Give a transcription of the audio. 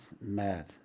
mad